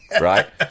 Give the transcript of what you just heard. right